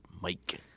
Mike